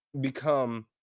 become